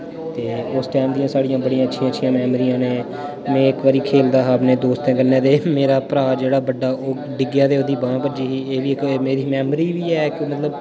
ते उस टैम दियां साढ़ियां बड़ियां अच्छी अच्छियां मैमरियां ने में इक बारी खेलदा हा अपने दोस्तें कन्नै ते मेरा भ्राऽ जेह्ड़ा बड्डा ओह् डिग्गेआ ते ओह्दी बांह् भज्जी ही एह् बी इक मेरी मैमरी बी ऐ इक मतलब